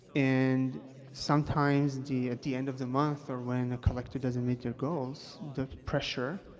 and sometimes the at the end of the month or when a collector doesn't meet their goals, the pressure,